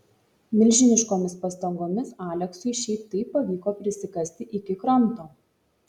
milžiniškomis pastangomis aleksui šiaip taip pavyko prisikasti iki kranto